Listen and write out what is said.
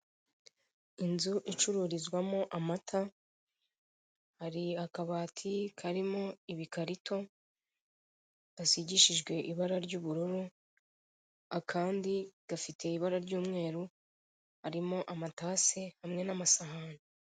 Inzu icururizwamo amata, hari akabati karimo ibikarito gasigishijwe ibara ry'ubururu akandi gafite ibara ry'umweru harimo amatasi hamwe n'amasahani.